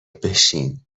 بشین